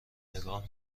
نگاه